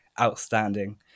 outstanding